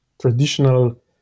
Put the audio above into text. traditional